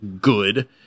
good